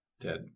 Dead